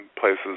places